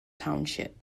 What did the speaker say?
township